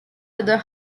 other